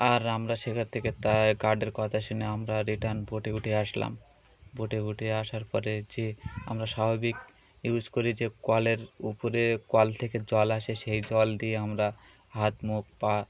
আর আমরা সেখ থেকে তাই গার্ডের কথা সনেে আমরা রিটার্ন বটে উঠে আসলাম বটে উঠে আসার পরে যে আমরা স্বাভাবিক ইউস করি যে কলের উপরে কল থেকে জল আসে সেই জল দিয়ে আমরা হাত মুখ পা